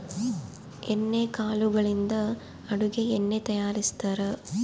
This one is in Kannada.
ಎಣ್ಣೆ ಕಾಳುಗಳಿಂದ ಅಡುಗೆ ಎಣ್ಣೆ ತಯಾರಿಸ್ತಾರಾ